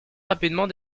rapidement